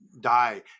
die